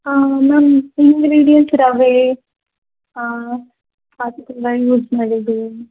ಹಾಂ ma'am ingredients ರವೆ ಅದನೆಲ್ಲ ಯೂಸ್ ಮಾಡಿದ್ದೀವಿ ಮ್ಯಾಮ್